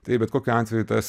tai bet kokiu atveju tas